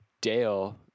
Dale